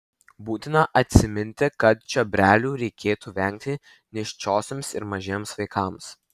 būtina atsiminti kad čiobrelių reikėtų vengti nėščiosioms ir mažiems vaikams